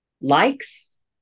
likes